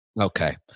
Okay